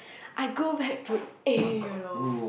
I go back to A you know